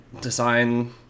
design